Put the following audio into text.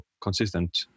consistent